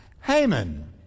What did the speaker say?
Haman